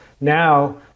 Now